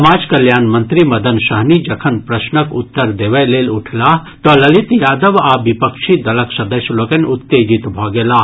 समाज कल्याण मंत्री मदन सहनी जखन प्रश्नक उत्तर देबय लेल उठलाह तऽ ललित यादव आ विपक्षी दलक सदस्य लोकनि उत्तेजित भऽ गेलाह